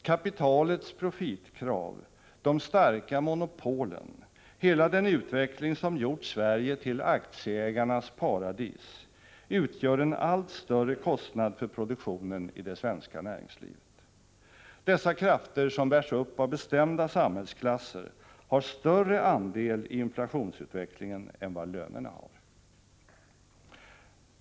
Kapitalets profitkrav, de starka monopolen, hela den utveckling som gjort Sverige till aktieägarnas paradis utgör en allt större kostnad för produktionen i det svenska näringslivet. Dessa krafter, som bärs upp av bestämda samhällsklasser, har större andel i inflationsutvecklingen än vad lönerna har.